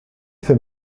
fait